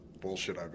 bullshit